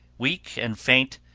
weak and faint,